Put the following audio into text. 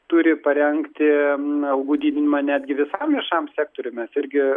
turi parengti algų didinimą netgi visam viešajam sektoriui mes irgi